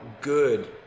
good